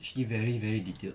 H_D very very detailed